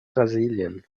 brasilien